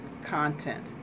content